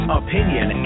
opinion